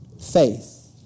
faith